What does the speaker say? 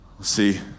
See